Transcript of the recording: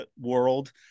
world